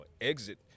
exit